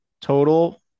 total